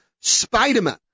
Spider-Man